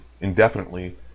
indefinitely